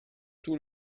tout